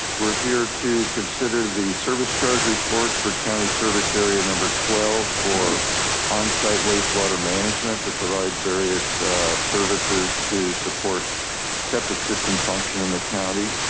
we're here to consider the service charge reports for county service area. number twelve for onsite wastewater management that provides various services to support septic system function in the county.